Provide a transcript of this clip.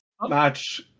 match